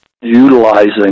utilizing